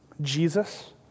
Jesus